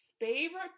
favorite